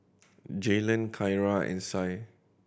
Jaylen Kyara and Sie